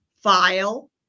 File